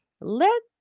let